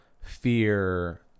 Fear